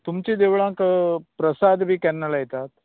तुमचे देवळांत प्रसाद बी केन्ना लायतात